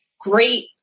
great